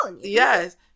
yes